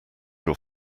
your